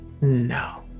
No